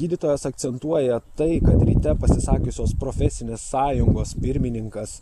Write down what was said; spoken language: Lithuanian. gydytojas akcentuoja tai kad ryte pasisakiusios profesinės sąjungos pirmininkas